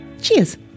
Cheers